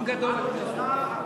התשע"ב 2012,